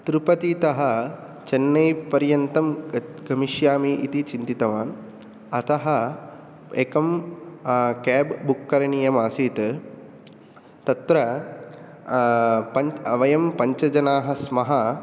तिरुपतितः चेन्नैपर्यन्तं गत् गमिष्यामि इति चिन्तितवान् अतः एकं केब् बुक् करणीयम् आसीत् तत्र वयं पञ्चजनाः स्मः